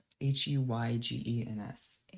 H-U-Y-G-E-N-S